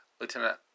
Lieutenant